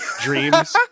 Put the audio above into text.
dreams